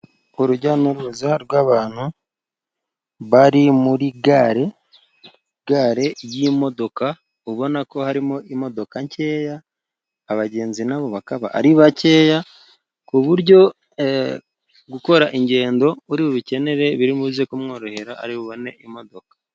Urujya n'uruza rw'abantu bari muri gare, gare y'imodoka ubona ko harimo imodoka nkeya, abagenzi na bo bakaba ari bakeya, ku buryo gukora ingendo uri bukenere biri buze kumworohera. Ari bubone imodoka.